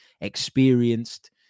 experienced